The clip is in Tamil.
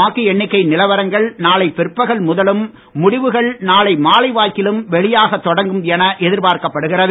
வாக்கு எண்ணிக்கை நிலவரங்கள் நாளை பிற்பகல் முதலும் முடிவுகள் நாளை மாலை வாக்கிலும் வெளியாகத் தொடங்கும் என எதிர்பார்க்கப்படுகிறது